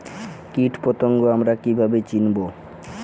কীটপতঙ্গ আমরা কীভাবে চিনব?